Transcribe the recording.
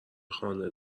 خانه